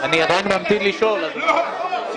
מה זה